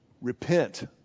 Repent